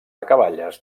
acaballes